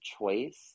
choice